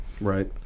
right